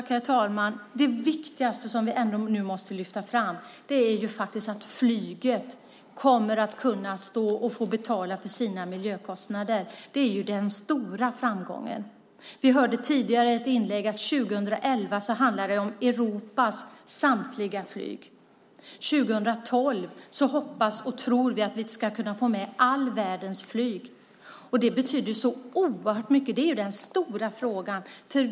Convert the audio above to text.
Herr talman! Det viktigaste som vi nu måste lyfta fram är att flyget kommer att få betala sina miljökostnader. Det är den stora framgången. Vi hörde tidigare i ett inlägg att det 2011 handlar om Europas samtliga flyg. Vi hoppas och tror att vi 2012 ska kunna få med all världens flyg. Det betyder så oerhört mycket. Detta är den stora frågan.